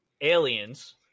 aliens